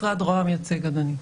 משרד ראש הממשלה יציג, אדוני.